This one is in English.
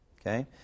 okay